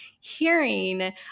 hearing